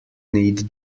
need